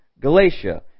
Galatia